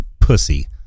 pussy